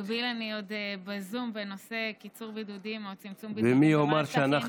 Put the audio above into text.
במקביל אני בזום בנושא קיצור בידודים או צמצום בידודים במערכת החינוך.